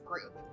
group